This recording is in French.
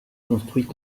construite